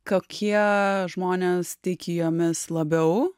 kokie žmonės tiki jomis labiau